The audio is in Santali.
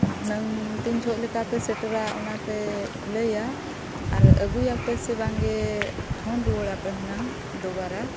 ᱦᱩᱱᱟᱹᱝ ᱛᱤᱱ ᱡᱚᱠᱷᱮᱡ ᱞᱮᱠᱟᱯᱮ ᱥᱮᱴᱮᱨᱟ ᱚᱱᱟᱯᱮ ᱞᱟᱹᱭᱟ ᱟᱨ ᱟᱹᱜᱩᱭᱟᱯᱮ ᱥᱮ ᱵᱟᱝᱜᱮ ᱯᱷᱳᱱ ᱨᱩᱣᱟᱹᱲᱟᱯᱮ ᱦᱩᱱᱟᱹᱝ ᱫᱳᱵᱟᱨᱟ